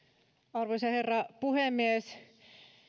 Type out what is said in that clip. arvoisa herra puhemies